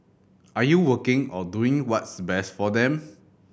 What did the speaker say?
are you working or doing what's best for them